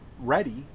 ready